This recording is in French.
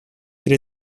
elle